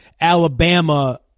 Alabama